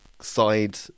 side